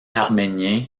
arménien